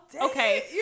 okay